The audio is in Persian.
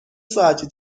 ساعتی